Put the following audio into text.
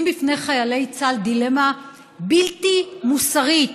בפני חיילי צה"ל דילמה בלתי מוסרית.